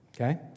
okay